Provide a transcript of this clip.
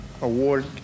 award